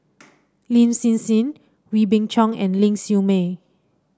Lin Hsin Hsin Wee Beng Chong and Ling Siew May